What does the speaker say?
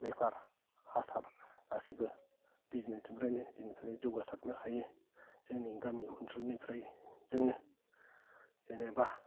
बेफार आसार गासिबो बिजिनेसनिफ्रायनो जेनिफ्रायबो जौगासारनो हायो जोंनि गामि ओनसोलनिफ्राय जोङो जेनेबा